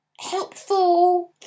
helpful